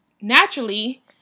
Naturally